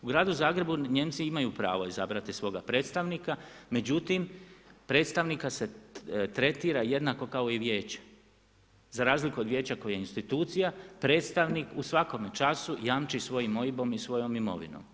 U gradu Zagrebu Nijemci imaju pravo izabrati svoga predstavnika, međutim, predstavnika se tretirao jednako kao i vijeće za razliku od vijeća koje je institucija, predstavnik u svakome času jamči svojim OIB-om i svojom imovinom.